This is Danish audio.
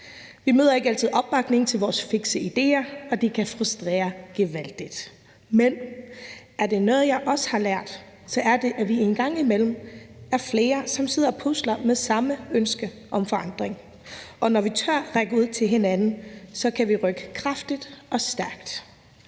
Vi møder ikke altid opbakning til vores fikse idéer, og det kan frustrere gevaldigt. Men er der noget, jeg også har lært, så er det, at vi en gang imellem er flere, som sidder pusler med samme ønske om forandring, og når vi tør række ud til hinanden, kan vi rykke kraftigt og stærkt.